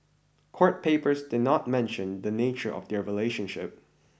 court papers did not mention the nature of their relationship